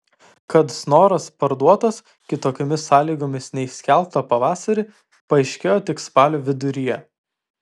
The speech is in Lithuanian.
kad snoras parduotas kitokiomis sąlygomis nei skelbta pavasarį paaiškėjo tik spalio viduryje